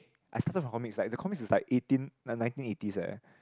I started from comics like the comics is like eighteen nineteen eighties eh